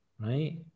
right